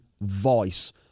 voice